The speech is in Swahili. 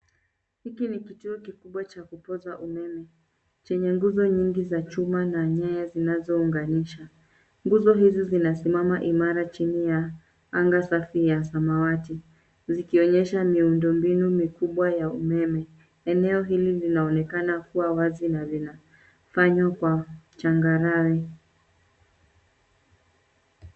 Hiki ni kituo kikubwa cha kupoza umeme chenye nguzo nyingi za chuma na nyaya zinazounganisha. Nguzo hizi zinasimama imara chini ya anga safi ya samawati zikionyesha miundo mbinu mikubwa ya umeme. Eneo hili linaonekana kuwa wazi na vinafanywa kwa changarawe.